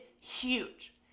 huge